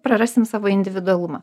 prarasim savo individualumą